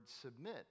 submit